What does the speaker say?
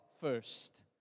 first